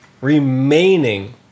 remaining